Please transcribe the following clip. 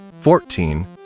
fourteen